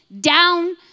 down